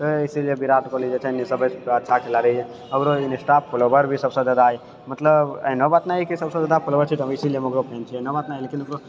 तऽ इसिलिय विराट कोहली जे छै नी सभसँ अच्छा खेलाड़ी है ओकरो इन्स्टा फोलोवर भी सभसँ जादा है मतलब एहनो बात नहि है कि सभसँ जादा फोलोवर छै तऽ हम इसिलिय ओकरो फैन छियै एहनो बात नहि लेकिन ओकरो